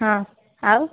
ହଁ ଆଉ